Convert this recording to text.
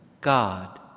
God